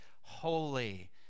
Holy